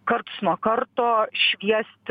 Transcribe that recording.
karts nuo karto šviest